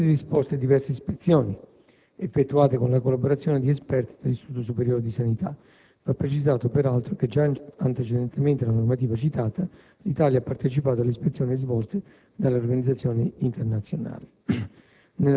Sono state disposte diverse ispezioni, effettuate con la collaborazione di esperti dell'Istituto superiore di sanità; va precisato, peraltro, che già antecedentemente alla normativa citata, l'Italia ha partecipato alle ispezioni svolte dalle organizzazioni internazionali.